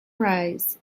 rise